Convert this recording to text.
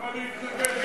למה להתנגד?